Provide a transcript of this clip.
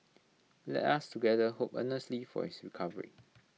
let us together hope earnestly for his recovery